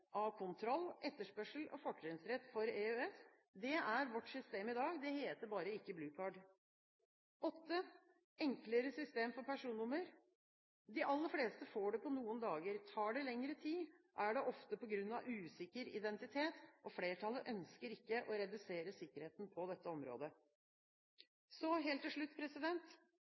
av kontroll, etterspørsel og fortrinnsrett for EØS. Det er vårt system i dag. Det heter bare ikke «Blue Card». enklere system for personnummer: De aller fleste får personnummer på noen dager. Tar det lengre tid, er det ofte på grunn av usikker identitet. Flertallet ønsker ikke å redusere sikkerheten på dette området. Så helt til slutt: